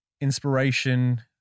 inspiration